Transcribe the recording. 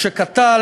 חבר הכנסת שלח,